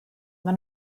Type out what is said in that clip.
maen